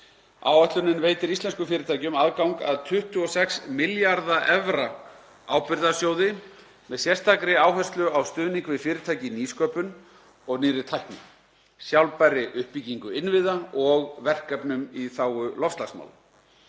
Áætlunin veitir íslenskum fyrirtækjum aðgang að 26 milljarða evra ábyrgðasjóði með sérstakri áherslu á stuðning við fyrirtæki í nýsköpun og nýrri tækni, sjálfbærri uppbyggingu innviða og verkefnum í þágu loftslagsmála.